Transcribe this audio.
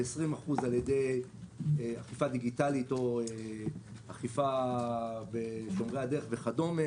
ו-20% על ידי אכיפה דיגיטלית או אכיפה של שומרי הדרך וכדומה,